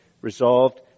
resolved